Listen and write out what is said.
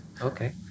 Okay